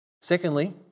Secondly